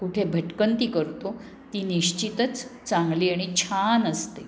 कुठे भटकंती करतो ती निश्चितच चांगली आणि छान असते